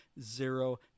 Zero